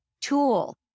tool